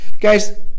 guys